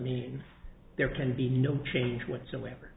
mean there can be no change whatsoever